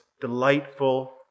delightful